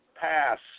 pass